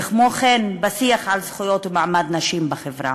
וכמו כן בשיח על זכויות ומעמד נשים בחברה.